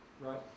right